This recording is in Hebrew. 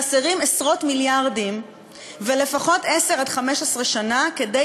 חסרים עשרות מיליארדים ולפחות עשר עד 15 שנה כדי